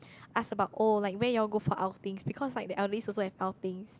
ask about oh like where you all go for outings because like the eldelies also have outings